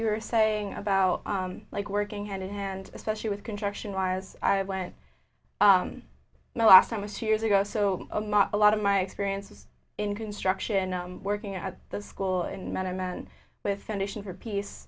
you were saying about like working hand in hand especially with construction was i went the last time was two years ago so i'm up a lot of my experiences in construction and working at the school and met a man with foundation for peace